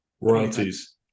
royalties